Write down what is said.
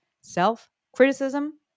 self-criticism